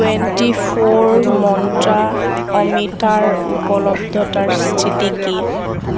twenty four মন্ত্ৰা অমিতাৰ উপলব্ধতাৰ স্থিতি কি